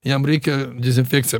jam reikia dezinfekciją